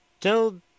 tell